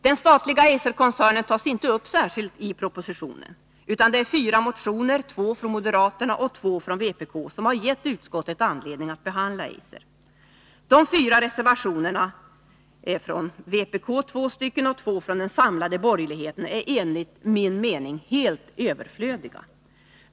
Den statliga Eiserkoncernen tas inte upp särskilt i propositionen, utan det är fyra motioner — två från moderaterna och två från vpk — som har gett utskottet anledning att behandla Eiser. De fyra reservationerna — två från vpk och två från den samlade borgerligheten — är enligt min mening helt överflödiga.